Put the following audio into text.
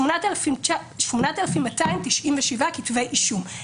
הוגשו כ-8,297 כתבי אישום.